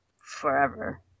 forever